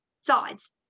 sides